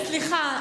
סליחה,